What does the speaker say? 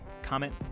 Comment